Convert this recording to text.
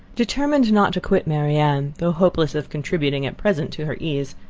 determined not to quit marianne, though hopeless of contributing, at present, to her ease,